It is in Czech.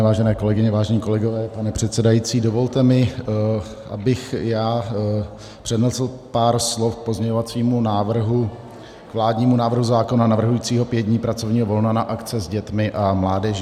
Vážené kolegyně, vážení kolegové, pane předsedající, dovolte mi, abych i já přednesl pár slov k pozměňovacímu návrhu, k vládnímu návrhu zákona navrhujícímu pět dní pracovního volna na akce s dětmi a mládeží.